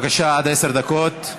בבקשה, עד עשר דקות.